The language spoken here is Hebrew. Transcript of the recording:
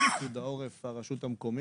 פיקוד העורף והרשות המקומית.